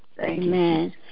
Amen